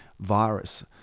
virus